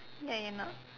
ya you are not